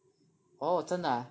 orh 真的 ah